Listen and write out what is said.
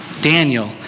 Daniel